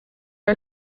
are